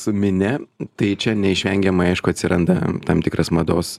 su minia tai čia neišvengiamai aišku atsiranda tam tikras mados